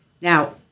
Now